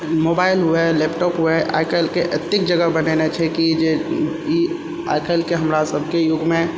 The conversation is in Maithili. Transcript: मोबाइल हुआ लैपटॉप हुआ आइकाल्हि एतेक जगह बनेने छै की जे ई आइकाल्हिके हमरा सबके युगमे